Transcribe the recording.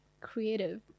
creative